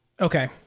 Okay